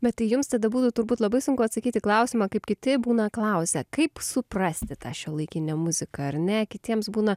bet tai jums tada būtų turbūt labai sunku atsakyti klausimą kaip kiti būna klausia kaip suprasti tą šiuolaikinę muziką ar ne kitiems būna